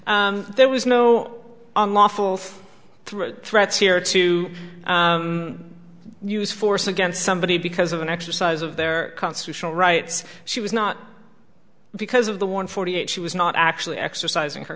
act there was no unlawful through threats here to use force against somebody because of an exercise of their constitutional rights she was not because of the one forty eight she was not actually exercising